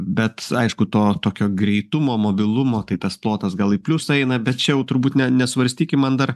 bet aišku to tokio greitumo mobilumo tai tas plotas gal į pliusą eina bet čia jau turbūt ne nesvarstykim man dar